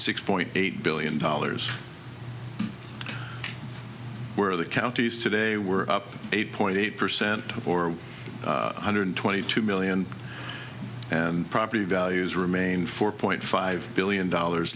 six point eight billion dollars where the counties today were up eight point eight percent to four hundred twenty two million and property values remain four point five billion dollars